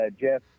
Jeff